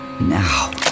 Now